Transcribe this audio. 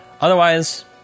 Otherwise